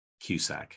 Cusack